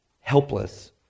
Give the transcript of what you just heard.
Helpless